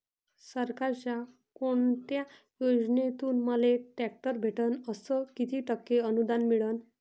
सरकारच्या कोनत्या योजनेतून मले ट्रॅक्टर भेटन अस किती टक्के अनुदान मिळन?